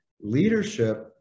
leadership